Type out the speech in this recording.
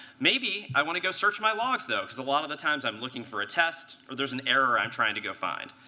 maybe i want to go search my logs, though, because a lot of the times, i'm looking for a test or there's an error i'm trying to go find.